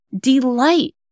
delight